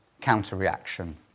counter-reaction